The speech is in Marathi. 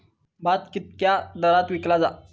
भात कित्क्या दरात विकला जा?